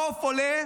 העוף עולה,